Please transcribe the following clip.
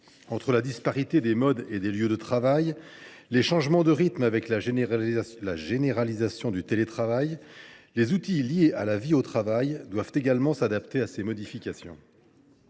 Entre la disparité des modes et des lieux de travail, les changements de rythme, avec la généralisation du télétravail, les outils liés à la vie au travail doivent également s’adapter à ces modifications.